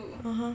(uh huh)